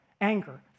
anger